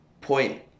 point